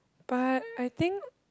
but I think